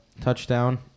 touchdown